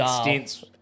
stints